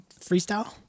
freestyle